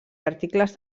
articles